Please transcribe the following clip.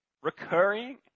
recurring